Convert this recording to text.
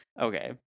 okay